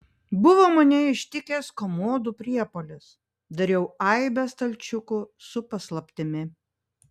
buvo mane ištikęs komodų priepuolis dariau aibę stalčiukų su paslaptimi